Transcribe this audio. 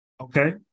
Okay